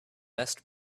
best